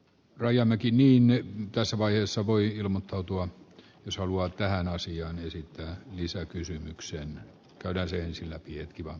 rajamäki niin ei tässä vaiheessa voi ilmoittautua jos haluat tähän asiaan lisäkysymyksiään todelliseen sillä tie laadittaessa